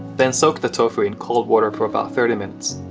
then soak the tofu in cold water for about thirty minutes.